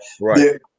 Right